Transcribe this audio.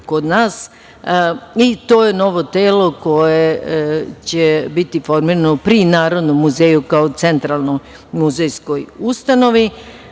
i to je novo telo koje će biti formirano pri Narodnom muzeju kao centralnoj muzejskoj ustanovi.